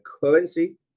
currency